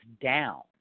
down